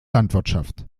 landwirtschaft